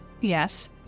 Yes